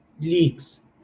leaks